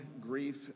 grief